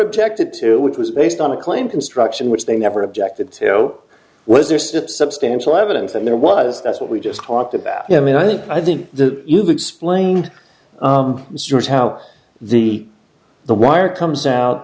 objected to which was based on a claim construction which they never objected to no was there snip substantial evidence that there was that's what we just talked about you know i mean i think i think the you've explained how the the wire comes out